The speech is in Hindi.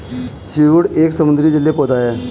सीवूड एक समुद्री जलीय पौधा है